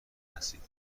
هستید